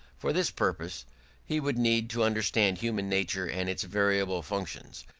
for this purpose he would need to understand human nature and its variable functions,